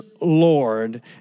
Lord